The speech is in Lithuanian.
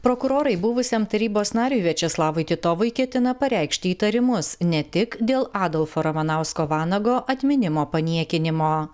prokurorai buvusiam tarybos nariui viačeslavui titovui ketina pareikšti įtarimus ne tik dėl adolfo ramanausko vanago atminimo paniekinimo